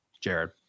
Jared